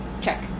check